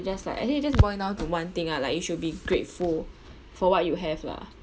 just like actually it just boil down to one thing ah like you should be grateful for what you have lah